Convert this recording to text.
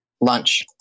lunch